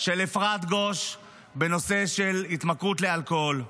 של אפרת גוש בנושא של התמכרות לאלכוהול.